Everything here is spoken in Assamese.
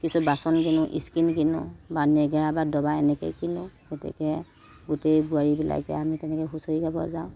কিছু বাচন কিনোঁ স্কিন কিনোঁ বা নেগেৰা বা দবা এনেকৈ কিনোঁ গতিকে গোটেই বোৱাৰীবিলাকে আমি তেনেকৈ হুঁচৰি গাব যাওঁ